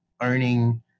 owning